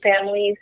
families